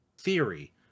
theory